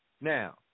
Now